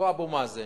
אותו אבו מאזן,